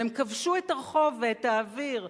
והם כבשו את הרחוב ואת האוויר,